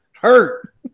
hurt